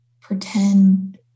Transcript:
pretend